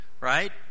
right